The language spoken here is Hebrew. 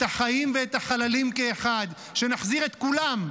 את החיים ואת החללים כאחד, שנחזיר את כולם.